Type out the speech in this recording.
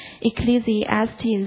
Ecclesiastes